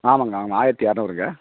ஆமாங்க ஆமாம் ஆயிரத்து இரநூறுங்க